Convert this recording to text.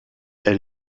elle